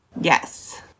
Yes